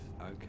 Okay